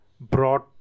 brought